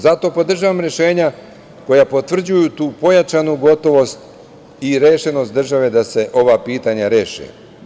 Zato podržavam rešenja koja potvrđuju tu pojačanu gotovost i rešenost države da se ova pitanja reše.